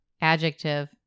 Adjective